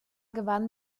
gewann